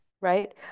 right